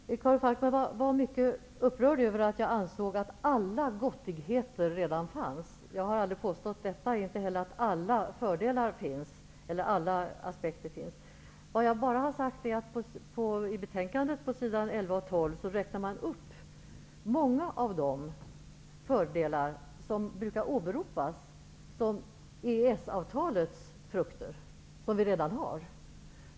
Karin Falkmer var mycket upprörd över att jag ansåg att alla gottigheter redan fanns. Jag har aldrig påstått detta, inte heller att alla fördelar eller alla aspekter finns med. Vad jag har sagt är att man i betänkandet på s. 11 och 12 räknar upp många av de fördelar som brukar åberopas som EES-avtalets frukter, och detta är fördelar som vi redan har.